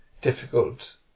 difficult